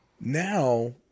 Now